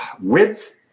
width